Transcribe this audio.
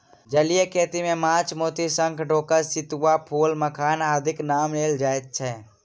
जलीय खेती मे माछ, मोती, शंख, डोका, सितुआ, फूल, मखान आदिक नाम लेल जाइत छै